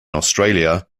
australia